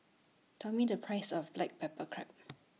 Tell Me The Price of Black Pepper Crab